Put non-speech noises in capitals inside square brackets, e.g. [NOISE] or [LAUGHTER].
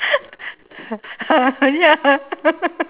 [LAUGHS] ya [LAUGHS]